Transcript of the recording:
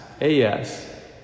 A-S